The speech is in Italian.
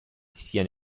sia